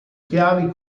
chiavi